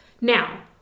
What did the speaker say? Now